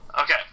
okay